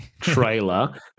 Trailer